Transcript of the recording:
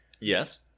Yes